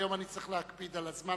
היום אני צריך להקפיד על הזמן,